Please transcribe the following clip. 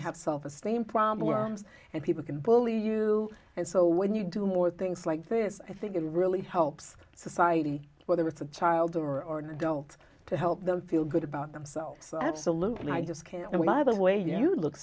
have self esteem problems and people can bully you and so when you do more things like this i think it really helps society whether it's a child or an adult to help them feel good about themselves absolutely i just can't win either way you look